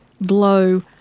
blow